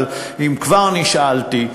אבל אם כבר נשאלתי: